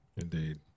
Indeed